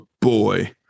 boy